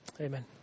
amen